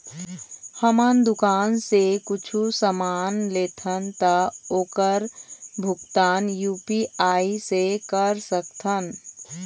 हमन दुकान से कुछू समान लेथन ता ओकर भुगतान यू.पी.आई से कर सकथन?